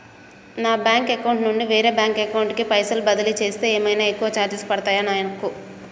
నా bank account నుండి వేరే బ్యాంక్ అకౌంట్ కి పైసల్ బదిలీ చేస్తే ఏమైనా ఎక్కువ చార్జెస్ పడ్తయా నాకు?